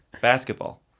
basketball